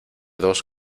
dos